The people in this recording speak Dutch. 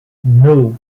nul